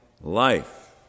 life